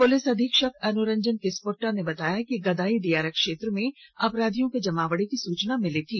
police अधीक्षक अनुरंजन किसपोट्टा ने बताया कि गदाई दियारा क्षेत्र में अपराधियों के जमावड़े की सूचना मिली थी